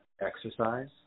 exercise